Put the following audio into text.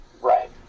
Right